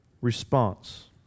response